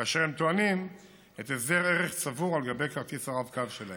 כאשר הם טוענים את הסדר הערך הצבור על גבי כרטיס הרב-קו שלהם.